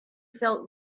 felt